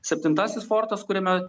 septintasis fortas kuriame